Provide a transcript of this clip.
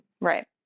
Right